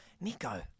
Nico